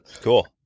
Cool